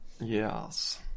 Yes